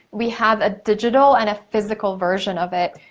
we have a digital and a physical version of it,